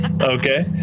okay